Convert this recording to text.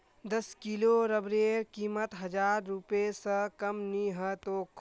दस किलो रबरेर कीमत हजार रूपए स कम नी ह तोक